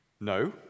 No